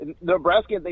Nebraska